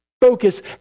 focus